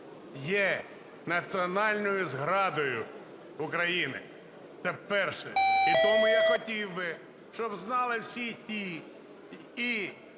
є національною зрадою України. Це перше. І тому я хотів би, щоб знали всі ті і